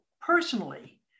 personally